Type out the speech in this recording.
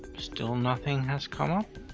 still nothing has come up.